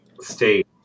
state